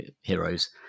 heroes